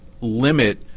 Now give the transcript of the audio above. limit